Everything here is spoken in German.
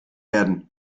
werden